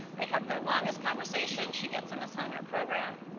they have their longest conversation, she gets him to sign her program.